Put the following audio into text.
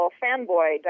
fanboy